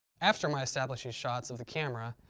after my establishing shots of the camera,